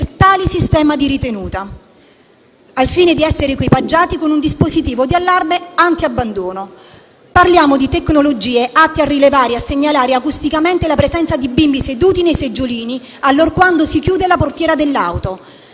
tali sistemi di ritenuta, al fine di essere equipaggiati con un dispositivo di allarme antiabbandono. Parliamo di tecnologie atte a rilevare e a segnalare acusticamente la presenza di bimbi seduti nei seggiolini allorquando si chiude la portiera dell'auto.